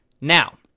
now